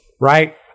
Right